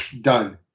done